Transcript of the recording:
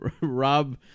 Rob